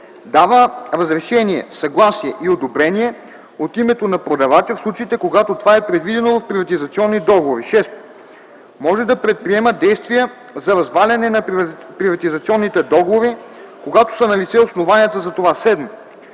дава разрешение, съгласие и одобрение от името на продавача в случаите, когато това е предвидено в приватизационни договори; 6. може да предприема действия за разваляне на приватизационните договори, когато са налице основанията за това; 7.